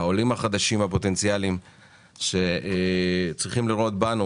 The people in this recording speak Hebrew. בעולים החדשים הפוטנציאליים שצריכים לראות בנו,